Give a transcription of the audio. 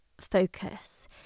focus